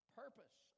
purpose